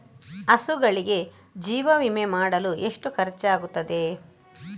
ಹಸುಗಳಿಗೆ ಜೀವ ವಿಮೆ ಮಾಡಲು ಎಷ್ಟು ಖರ್ಚಾಗುತ್ತದೆ?